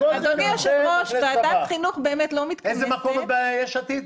איזה מקום את ביש עתיד?